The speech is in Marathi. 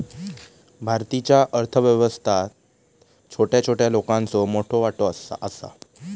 भारतीच्या अर्थ व्यवस्थेत छोट्या छोट्या लोकांचो मोठो वाटो आसा